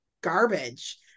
garbage